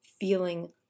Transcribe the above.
feeling